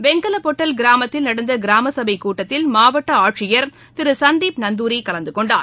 வெங்கலப்பொட்டல் கிராமத்தில் நடந்த கிராம சபை கூட்டத்தில் மாவட்ட ஆட்சியர் திரு சுந்தீப் நந்துரி கலந்து கொண்டார்